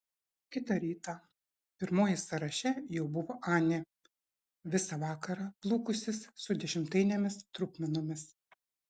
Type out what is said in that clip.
kitą rytą pirmoji sąraše jau buvo anė visą vakarą plūkusis su dešimtainėmis trupmenomis